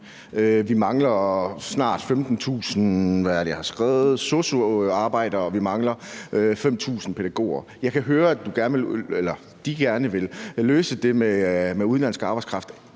Vi mangler snart 15.000 sosu'er, og vi mangler 5.000 pædagoger. Jeg kan høre, at I gerne vil løse det med udenlandsk arbejdskraft.